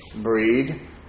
breed